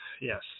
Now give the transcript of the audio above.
Yes